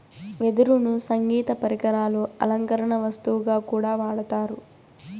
వెదురును సంగీత పరికరాలు, అలంకరణ వస్తువుగా కూడా వాడతారు